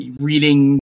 reading